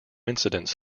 incidence